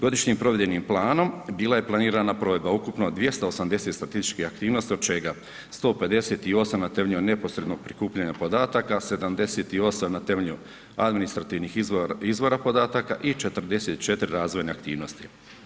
Godišnjim provedbenim planom bila je planirana provedba ukupno 280 statističkih aktivnosti od čega 158 na temelju neposrednog prikupljanja podataka, 78 na temelju administrativnih izvora podataka i 44 razvojne aktivnosti.